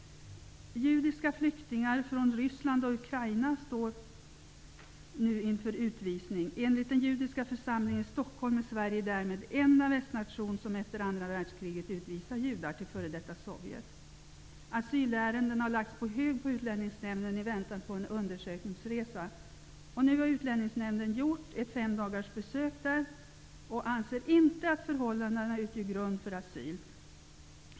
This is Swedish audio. Judiska flyktingar från Ryssland och Ukraina står nu inför utvisning. Enligt den judiska församlingen i Stockholm är Sverige därmed den enda västnation som efter andra världskriget utvisar judar till före detta Sovjet. Asylärenden har lagts på hög hos Utlänningsnämnden i väntan på en undersökningsresa. Nu har Utlänningsnämnden gjort ett fem dagars besök där. Man anser inte att förhållandena utgör grund för asyl.